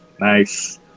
Nice